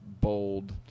bold